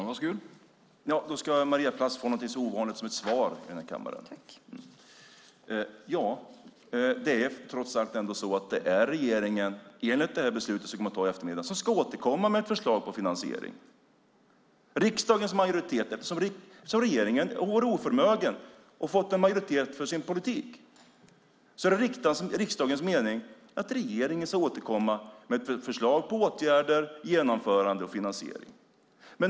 Herr talman! Då ska Maria Plass få något så ovanligt i den här kammaren som ett svar. Det är trots allt regeringen, enligt det beslut vi kommer att fatta i eftermiddag, som ska återkomma med förslag till finansiering. Eftersom regeringen har varit oförmögen att få en majoritet för sin politik är det riksdagens mening att regeringen ska återkomma med ett förslag på åtgärder, genomförande och finansiering.